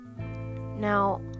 Now